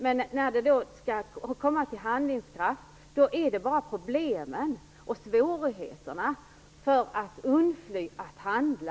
Men när det blir fråga om handling är det bara problem och svårigheter; detta för att undfly att handla.